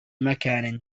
مكان